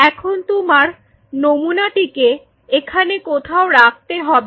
এখন তোমার নমুনা টিকে এখানে কোথাও রাখতে হবে